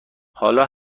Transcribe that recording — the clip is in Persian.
حالا